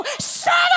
settle